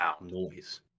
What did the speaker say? noise